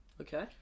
Okay